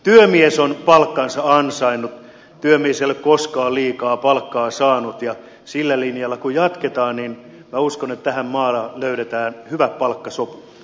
työmies on palkkansa ansainnut työmies ei ole koskaan liikaa palkkaa saanut ja sillä linjalla kun jatketaan niin minä uskon että tähän maahan löydetään hyvä palkkasopu